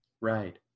Right